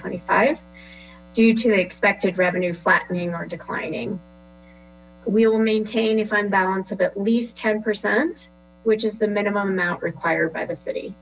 twenty five due to expected revenue flattening or declining we will maintain a fine balance of at least ten percent which is the minimum amount required by the city